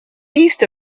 east